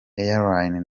airlines